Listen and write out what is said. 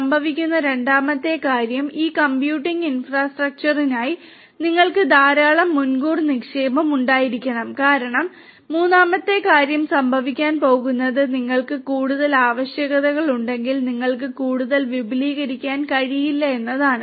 സംഭവിക്കുന്ന രണ്ടാമത്തെ കാര്യം ഈ കമ്പ്യൂട്ടിംഗ് ഇൻഫ്രാസ്ട്രക്ചറിനായി നിങ്ങൾക്ക് ധാരാളം മുൻകൂർ നിക്ഷേപം ഉണ്ടായിരിക്കണം കാരണം മൂന്നാമത്തെ കാര്യം സംഭവിക്കാൻ പോകുന്നത് നിങ്ങൾക്ക് കൂടുതൽ ആവശ്യകതകൾ ഉണ്ടെങ്കിൽ നിങ്ങൾക്ക് കൂടുതൽ വിപുലീകരിക്കാൻ കഴിയില്ല എന്നതാണ്